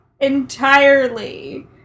entirely